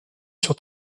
sur